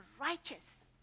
righteous